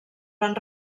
van